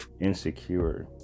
insecure